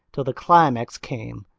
till the climax came.